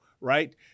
right